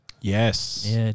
Yes